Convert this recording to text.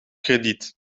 krediet